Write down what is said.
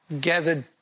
gathered